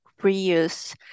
reuse